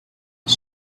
his